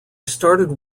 started